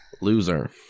Loser